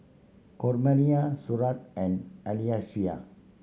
Coraima Stuart and Alyssia